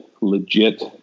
legit